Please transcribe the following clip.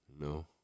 No